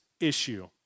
issue